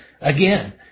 Again